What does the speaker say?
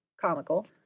comical